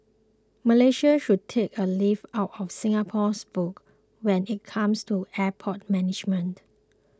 Malaysia should take a leaf out of Singapore's book when it comes to airport management